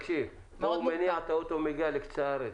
פה הוא מניע את האוטו ומגיע לקצה הארץ,